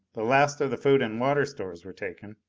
the last of the food and water stores were taken.